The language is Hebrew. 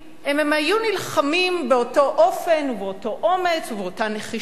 אם הם היו נלחמים באותו אופן ובאותו אומץ ובאותה נחישות